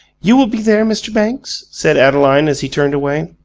you will be there, mr. banks? said adeline, as he turned away.